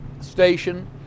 station